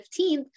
15th